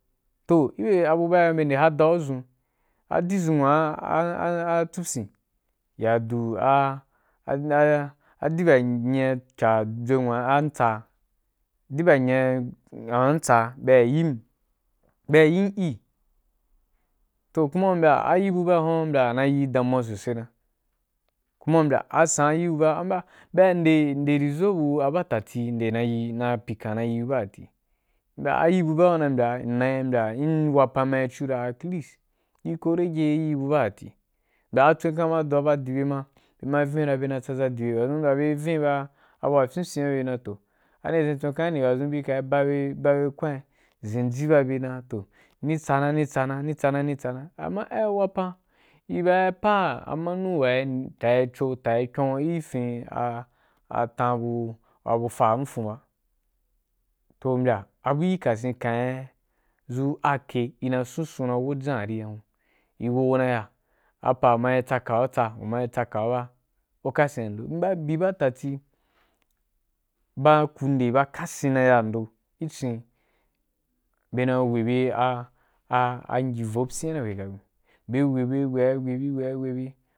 Toh gibye abu ba be nde hada adʒun a dizun wa aa tsupyin ya du a a di ba nyinye cha dʒwewa ntsa chi ba nyinye cha dʒwewa ntsa bye ya yim, bye ya yim e, toh u kuma mbya i rin bu ba’i huan na yi damuwa sosaina, kuna u mbya a sa yi’u m ba, bye ya nde nde result abu ba tati nde na pyikan nde na yi abu apatati, mbya a idi abu ba mbya na yi awapan ma ri chio ra atlease ri ko rege abu ba tati mbya a tswen kan ma dowa bye di bye ma bye na vin ra ma bye na tsaza di be o don u yi dan bye vin ra a bu wa fyin fyin ‘a byena dan toh ani zhen tsunkan gini, wadzun ri kayi bi ri ba be kwen rí zenji ba be ri dan na toh ni tsanan tsana ni tsana ama ai wapan i baí apa amanu wa’i tayi cho tayi kyon ki fin a a fah bu fa wa fon fon ba, toh mbya a a buh kasen, kain zu a ƙe, ina’i sunsun na wo jan a ri hun i uro gu ndiya a pa ma yi tsaka ku tsa apa mayi tsaka’a ba ku kasen mba byi pa tati ba, kude ba kasen na yan do ki cin bye na wei bye a a ngyi vo pyina na hwekagbin bye wei bi wei ya wei bi wei ya wei bi.